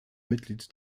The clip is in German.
mitglied